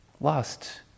lost